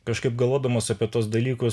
kažkaip galvodamas apie tuos dalykus